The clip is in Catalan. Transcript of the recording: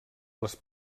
les